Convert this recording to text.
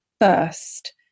first